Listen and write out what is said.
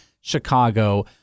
Chicago